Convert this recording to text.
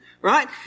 right